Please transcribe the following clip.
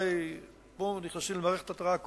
פה נכנסים למערכת התרעה קולית,